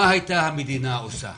מה הייתה המדינה עושה?